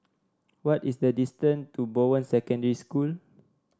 what is the distance to Bowen Secondary School